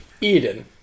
Eden